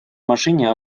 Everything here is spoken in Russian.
машине